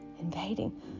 invading